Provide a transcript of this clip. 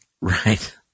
Right